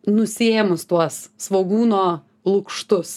nusiėmus tuos svogūno lukštus